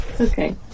Okay